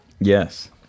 Yes